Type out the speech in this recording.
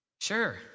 Sure